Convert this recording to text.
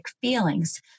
feelings